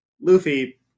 Luffy